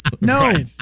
No